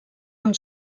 amb